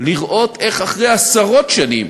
לראות איך אחרי עשרות שנים